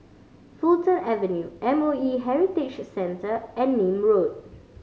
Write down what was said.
Fulton Avenue M O E Heritage Centre and Nim Road